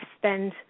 spend